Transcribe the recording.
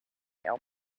help